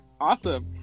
awesome